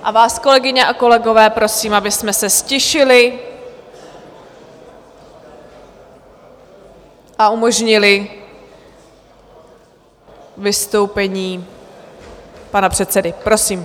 A vás, kolegyně a kolegové, prosím, abychom se ztišili a umožnili vystoupení pana předsedy, prosím.